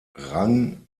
rang